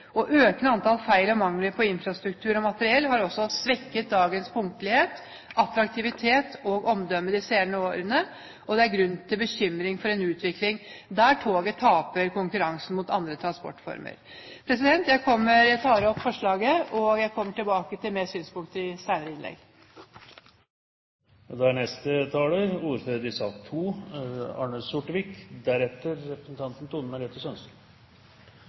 fly. Økende antall feil og mangler på infrastruktur og materiell har også svekket togets punktlighet, attraktivitet og omdømme de senere årene. Det er grunn til bekymring for en utvikling der toget taper i konkurransen med andre transportformer. Jeg anbefaler komiteens innstilling, og kommer tilbake til flere synspunkter i senere innlegg. Dokument 8:89 S for 2009–2010 fra fire representanter fra Fremskrittspartiet, Bård Hoksrud, Jan-Henrik Fredriksen, Ingebjørg Godskesen og